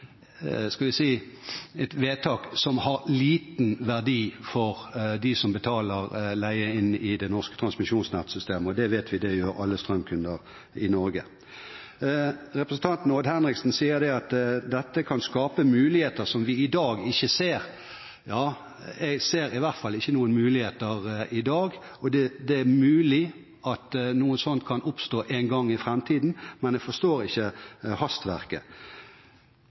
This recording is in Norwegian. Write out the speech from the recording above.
skal vi si – har liten verdi for dem som betaler leie i det norske transmisjonsnettsystemet, og det vet vi at alle strømkunder i Norge gjør. Representanten Odd Henriksen sier at dette kan skape muligheter som vi ikke ser i dag. Jeg ser i hvert fall ikke noen muligheter i dag. Det er mulig at noe sånt kan oppstå en gang i framtiden, men jeg forstår ikke hastverket.